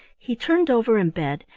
he turned over in bed,